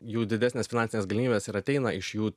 jų didesnės finansinės galimybės ir ateina iš jų